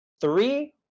three